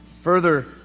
Further